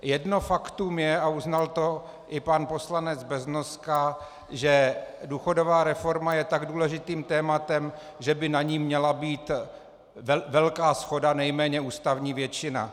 Jedno faktum je, a uznal to i pan poslanec Beznoska, že důchodová reforma je tak důležitým tématem, že by na ní měla být velká shoda, nejméně ústavní většina.